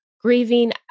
grieving